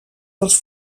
dels